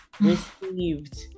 received